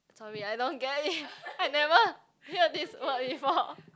sorry I don't get it I never hear this word before